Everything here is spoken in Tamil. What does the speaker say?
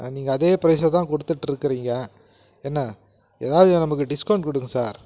நீங்கள் அதே ப்ரைஸை தான் குடுத்துட்டிருக்குறிங்க என்ன எதாவது நமக்கு டிஸ்கவுண்ட் கொடுங்க சார்